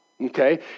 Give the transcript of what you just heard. okay